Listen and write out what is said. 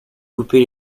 couper